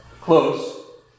Close